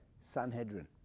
Sanhedrin